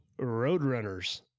Roadrunners